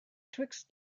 twixt